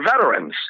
veterans